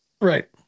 Right